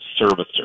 servicer